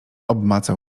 obmacał